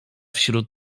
wśród